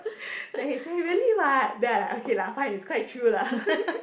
then he say really what then I like okay lah quite true lah